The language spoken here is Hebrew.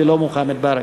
ולא מוחמד ברכה.